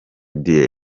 dieu